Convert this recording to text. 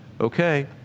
okay